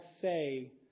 say